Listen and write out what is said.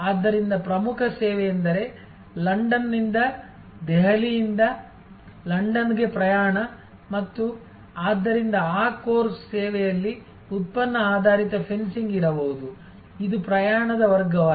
ಆದ್ದರಿಂದ ಪ್ರಮುಖ ಸೇವೆಯೆಂದರೆ ಲಂಡನ್ನಿಂದ ದೆಹಲಿಯಿಂದ ಲಂಡನ್ಗೆ ಪ್ರಯಾಣ ಮತ್ತು ಆದ್ದರಿಂದ ಆ ಕೋರ್ಸ್ ಸೇವೆಯಲ್ಲಿ ಉತ್ಪನ್ನ ಆಧಾರಿತ ಫೆನ್ಸಿಂಗ್ ಇರಬಹುದು ಇದು ಪ್ರಯಾಣದ ವರ್ಗವಾಗಿದೆ